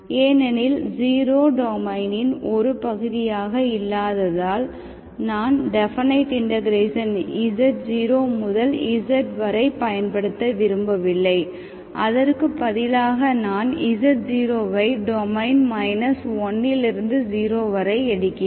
ஏனெனில் 0 டொமைனின் ஒரு பகுதியாக இல்லாததால் நான் டேபனைட் இண்டெகரேஷன் z0 முதல் z வரை பயன்படுத்த விரும்பவில்லை அதற்கு பதிலாக நான் z0 ஐ டொமைன் 1 லிருந்து 0 வரை எடுக்கிறேன்